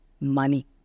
money